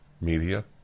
media